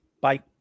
Bye